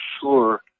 sure